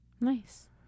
Nice